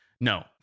No